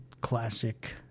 classic